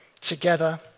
together